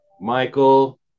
Michael